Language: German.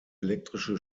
elektrische